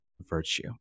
virtue